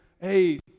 hey